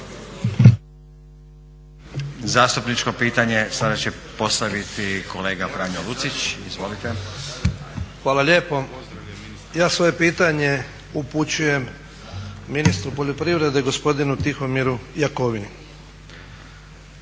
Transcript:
Zastupničko pitanje sada će postaviti kolega Franjo Lucić. Izvolite. **Lucić, Franjo (HDZ)** Hvala lijepo. Ja svoj pitanje upućujem ministru poljoprivrede, gospodinu Tihomiru Jakovini.